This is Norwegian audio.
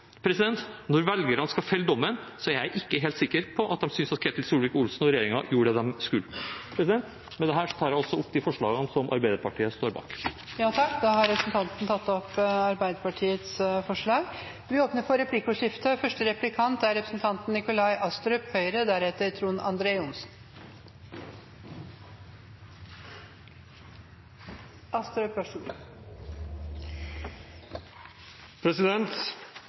Når velgerne skal felle dommen, er jeg ikke helt sikker på at de synes at Ketil Solvik-Olsen og regjeringen gjorde det de skulle. Med dette tar jeg også opp de forslagene som Arbeiderpartiet står bak. Representanten Eirik Sivertsen har tatt opp de forslagene han refererte til. Det blir replikkordskifte.